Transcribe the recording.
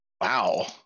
Wow